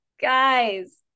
guys